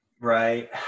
Right